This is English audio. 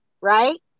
right